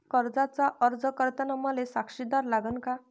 कर्जाचा अर्ज करताना मले साक्षीदार लागन का?